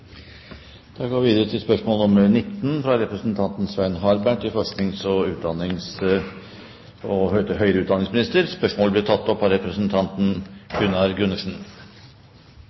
da statsråden er bortreist. Spørsmål 19, fra representanten Svein Harberg til forsknings- og høyere utdanningsministeren, blir tatt opp av representanten Gunnar Gundersen.